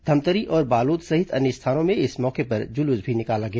धमतरी और बालोद सहित अन्य स्थानों में इस मौके पर जुलूस भी निकाला गया